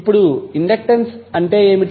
ఇప్పుడు ఇండక్టెన్స్ అంటే ఏమిటి